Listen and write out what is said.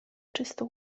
czysto